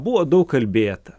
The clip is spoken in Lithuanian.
buvo daug kalbėta